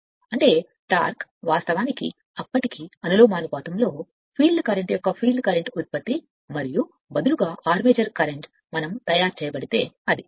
అంటే టార్క్ వాస్తవానికి అప్పటికి అనులోమానుపాతంలో ఫీల్డ్ కరెంట్ యొక్క ఫీల్డ్ కరెంట్ ఉత్పత్తి మరియు బదులుగా ఆర్మేచర్ కరెంట్ మనం తయారు చేయబడితే అది